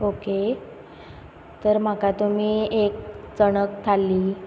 okay तर म्हाका तुमी एक चणक थाली